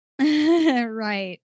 Right